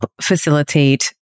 facilitate